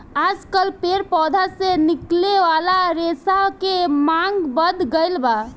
आजकल पेड़ पौधा से निकले वाला रेशा के मांग बढ़ गईल बा